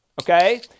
Okay